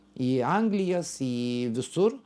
į anglijas į visur